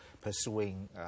pursuing